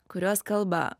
kurios kalba